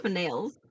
nails